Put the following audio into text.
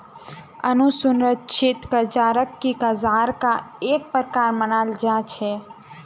असुरिक्षित कर्जाक भी कर्जार का एक प्रकार मनाल जा छे